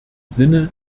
sinne